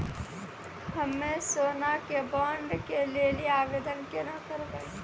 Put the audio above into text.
हम्मे सोना के बॉन्ड के लेली आवेदन केना करबै?